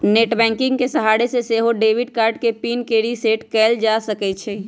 net banking के सहारे से सेहो डेबिट कार्ड के पिन के रिसेट कएल जा सकै छइ